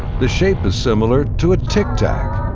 the shape is similar to a tic tac.